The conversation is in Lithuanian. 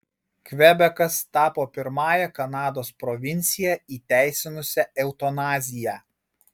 kvebekas tapo pirmąja kanados provincija įteisinusia eutanaziją